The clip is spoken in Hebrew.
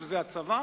שזה הצבא,